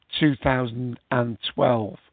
2012